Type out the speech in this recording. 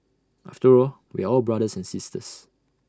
after all we are all brothers and sisters